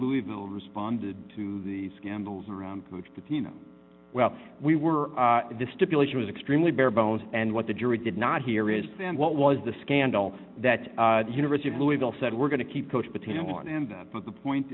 louisville responded to the scandals around coach pitino well we were the stipulation was extremely barebones and what the jury did not hear is then what was the scandal that the university of louisville said we're going to keep coach pitino on and that but the point